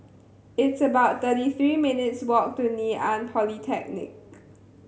it's about thirty three minutes' walk to Ngee Ann Polytechnic